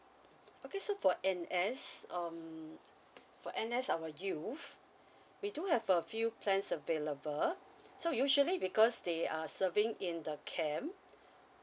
okay so for N_S um for N_S our youth we do have a few plans available so usually because they are serving in the camp